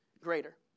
greater